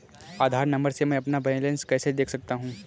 आधार number से मैं अपना बैलेंस कैसे देख सकता हूँ?